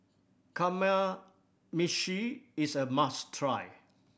kamameshi is a must try